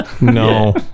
No